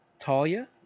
Talia